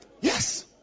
yes